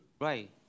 Right